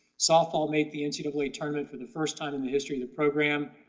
softball made the and sort of like tournament for the first time in the history of the program,